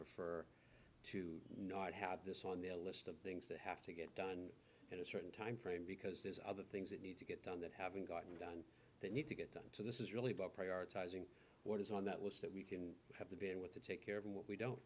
prefer to not have this on their list of things that have to get done in a certain timeframe because there's other things that need to get done that haven't gotten done that need to get done so this is really about prioritizing what is on that list that we can we have the bandwidth to take care of what we don't